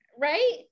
right